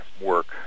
work